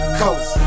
coast